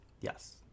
yes